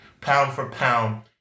pound-for-pound